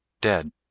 DEAD